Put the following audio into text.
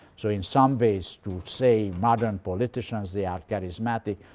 so in some ways to say modern politicians, they are charismatic,